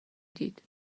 دید